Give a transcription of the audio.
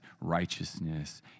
righteousness